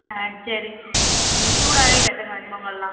ஆ சரி ம் சூடாகவே கட்டுங்கள் வெண்பொங்கல்லாம்